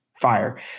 fire